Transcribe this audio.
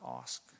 ask